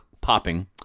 popping